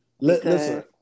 listen